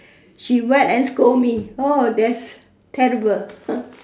she whack and scold me oh that's terrible